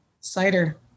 Cider